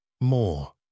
more